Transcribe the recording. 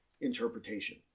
interpretation